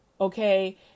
Okay